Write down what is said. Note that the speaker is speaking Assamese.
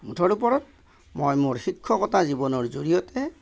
মুঠৰ ওপৰত মই মোৰ শিক্ষকতা জীৱনৰ জৰিয়তে